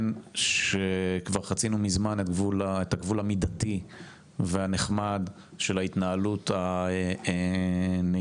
וטוען שכבר חצינו מזמן את הגבול המידתי והנחמד של ההתנהלות הנעימה,